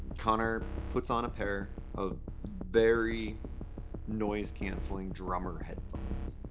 connor puts on a pair of very noise-cancelling drummer-headphones,